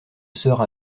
sœurs